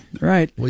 right